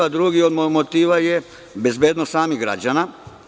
Drugi od motiva je bezbednost samih građana.